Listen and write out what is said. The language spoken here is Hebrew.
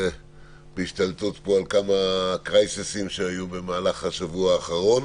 בהשתלטות על כמה משברים שהיו במהלך השבוע האחרון.